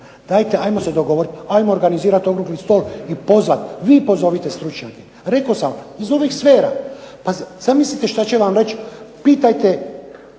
Dajte ajmo se dogovoriti, ajmo organizirati okrugli stol i pozvati. Vi pozovite stručnjake, rekao sam iz ovih sfera. Pa zamislite što će vam reći pitajte